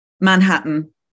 Manhattan